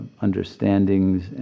understandings